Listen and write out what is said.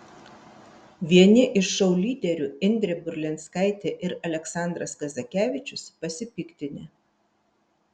vieni iš šou lyderių indrė burlinskaitė ir aleksandras kazakevičius pasipiktinę